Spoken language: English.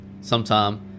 Sometime